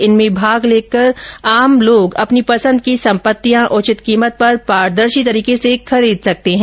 जिनमें भाग लेकर आम लोग अपनी पसंद की सम्पत्तियां उचित कीमत पर पारदर्शी तरीके से खरीद सकते हैं